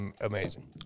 amazing